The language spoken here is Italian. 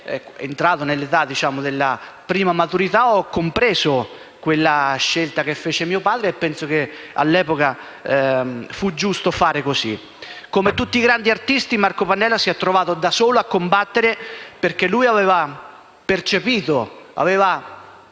entrato nell'età della prima maturità, ho invece compreso quella scelta che fece e penso che l'epoca fu giusto così. Come tutti i grandi artisti, Marco Pannella si è trovato da solo a combattere, perché aveva percepito, aveva